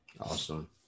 Awesome